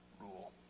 rule